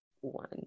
One